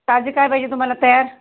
ताजे काय पाहिजे तुम्हाला तयार